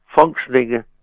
functioning